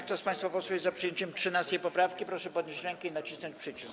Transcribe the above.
Kto z państwa posłów jest za przyjęciem 13. poprawki, proszę podnieść rękę i nacisnąć przycisk.